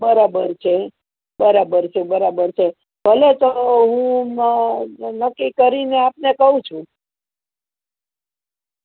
બરાબર છે બરાબર છે બરાબર છે ભલે તો હું મ નક્કી કરીને આપને કહું છું